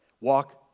walk